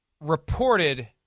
reported